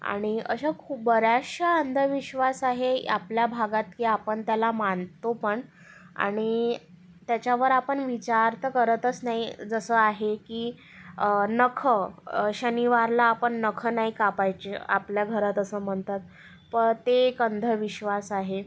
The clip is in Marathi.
आणि अश्या खू बऱ्याचशा अंधविश्वास आहे आपल्या भागात की आपण त्याला मानतो पण आणि त्याच्यावर आपण विचार तर करतच नाही जसं आहे की नखं शनिवारला आपण नखं नाही कापायचे आपल्या घरात असं म्हणतात प ते एक अंधविश्वास आहे